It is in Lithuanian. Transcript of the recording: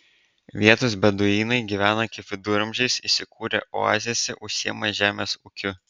vietos beduinai gyvena kaip viduramžiais įsikūrę oazėse užsiima žemės ūkiu